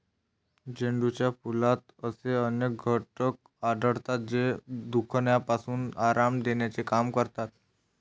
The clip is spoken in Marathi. झेंडूच्या फुलात असे अनेक घटक आढळतात, जे दुखण्यापासून आराम देण्याचे काम करतात